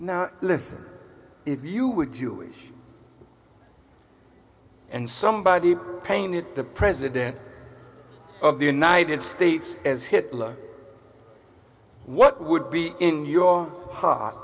now listen if you were jewish and somebody painted the president of the united states as hitler what would be in your